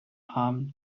arm